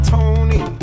Tony